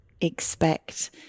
expect